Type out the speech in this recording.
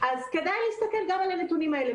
כדאי להסתכל גם על הנתונים האלה.